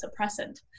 suppressant